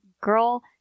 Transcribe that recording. girl